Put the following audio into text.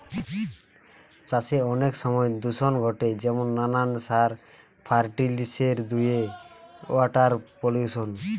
চাষে অনেক সময় দূষণ ঘটে যেমন নানান সার, ফার্টিলিসের ধুয়ে ওয়াটার পলিউশন